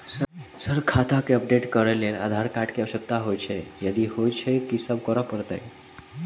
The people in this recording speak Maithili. सर खाता केँ अपडेट करऽ लेल आधार कार्ड केँ आवश्यकता होइ छैय यदि होइ छैथ की सब करैपरतैय?